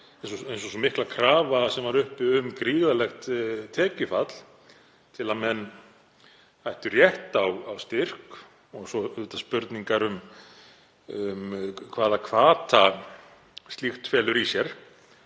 eins og sú mikla krafa sem var uppi um gríðarlegt tekjufall til að menn ættu rétt á styrk og auðvitað spurningar um hvaða hvata slíkt felur í sér.